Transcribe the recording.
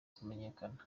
kumenyekana